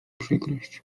przykrość